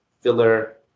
filler